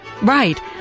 Right